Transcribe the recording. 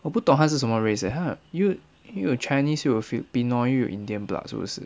我不懂他是什么 race eh 他很又又有 chinese 又有 filipino 又有 indian blood 是不是